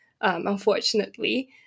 unfortunately